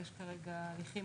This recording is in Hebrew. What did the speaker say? יש כרגע הליכים